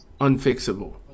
unfixable